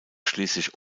schließlich